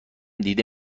دیده